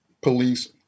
police